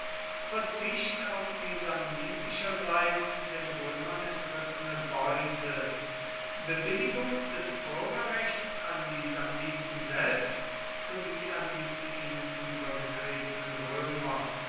verzicht auf die samnitischerseits den römern entrissene beute bewilligung des bürgerrechts an die samniten selbst sowie an die zu ihnen übergetretenen römer